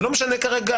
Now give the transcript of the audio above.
זה לא משנה כרגע,